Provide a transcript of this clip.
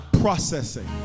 processing